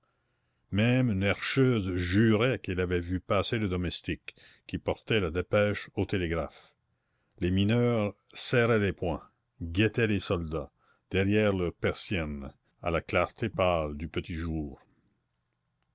même une herscheuse jurait qu'elle avait vu passer le domestique qui portait la dépêche au télégraphe les mineurs serraient les poings guettaient les soldats derrière leurs persiennes à la clarté pâle du petit jour